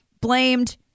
blamed